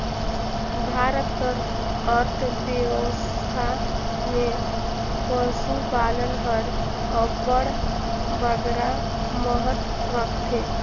भारत कर अर्थबेवस्था में पसुपालन हर अब्बड़ बगरा महत रखथे